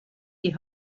die